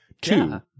two